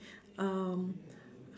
um